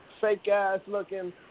fake-ass-looking